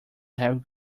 have